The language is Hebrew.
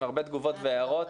עם הרבה תגובות והערות,